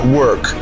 work